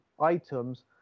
items